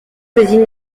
désigne